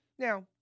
Now